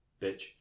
bitch